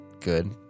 good